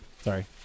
Sorry